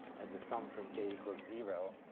as the sum from j equals zero